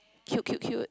cute cute cute